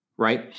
right